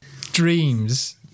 Dreams